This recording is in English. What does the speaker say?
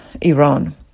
Iran